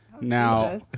Now